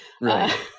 right